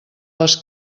les